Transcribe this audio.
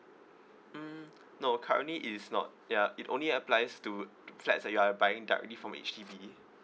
mm no currently it's not ya it only applies to flats that you are buying directly from H_D_B